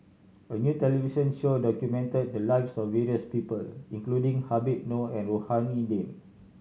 a new television show documented the lives of various people including Habib Noh and Rohani Din